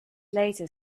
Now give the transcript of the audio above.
later